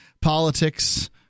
politics